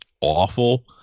awful